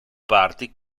parti